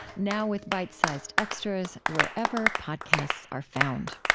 now with bite-sized extras wherever podcasts are found